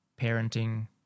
parenting